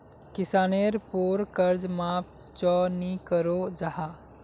किसानेर पोर कर्ज माप चाँ नी करो जाहा?